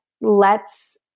lets